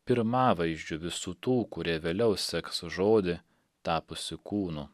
pirmavaizdžiu visų tų kurie vėliau seks žodį tapusiu kūnu